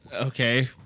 Okay